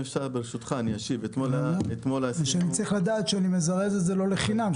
אני צריך לדעת שאני מזרז את זה לא לחינם.